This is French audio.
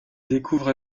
découvre